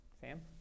Sam